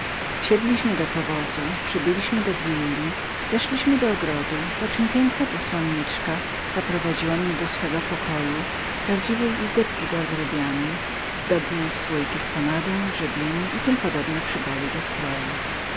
wsiedliśmy do powozu przybyliśmy do willi weszli do ogrodu poczem piękna posłanniczka zaprowadziła mnie do swego pokoju prawdziwej izdebki garderobianej zdobnej w słoiki z pomadą grzebienie i tym podobne przybory do strojów